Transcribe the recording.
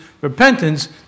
repentance